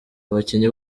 abakinnyi